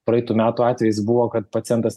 praeitų metų atvejis buvo kad pacientas